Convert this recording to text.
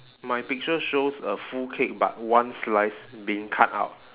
my picture shows a full cake but one slice being cut out